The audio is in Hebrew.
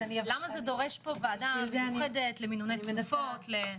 למה זה דורש ועדה מיוחדת למינוני תרופות?